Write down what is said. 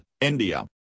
India